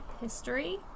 History